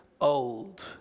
old